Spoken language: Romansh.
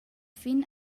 fin